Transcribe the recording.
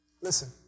Listen